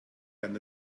herrn